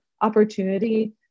opportunity